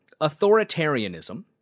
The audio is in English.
authoritarianism